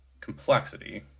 complexity